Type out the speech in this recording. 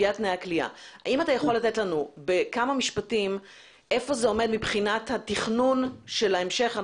האם אתה יכול לומר לנו בכמה משפטים איפה זה עומד מבחינת התכנון בהמשך?